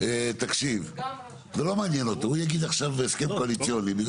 תקשיב זה לא מעניין אותו הוא יגיד עכשיו בהסכם קואליציוני.